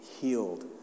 healed